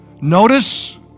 notice